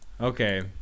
okay